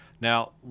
Now